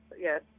yes